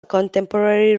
contemporary